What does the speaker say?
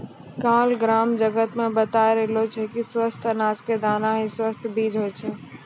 काल ग्राम जगत मॅ बताय रहलो छेलै कि स्वस्थ अनाज के दाना हीं स्वस्थ बीज होय छै